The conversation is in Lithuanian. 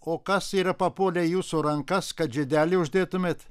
o kas yra papuolę į jūsų rankas kad žiedelį uždėtumėt